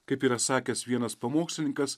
kaip yra sakęs vienas pamokslininkas